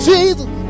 Jesus